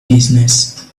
business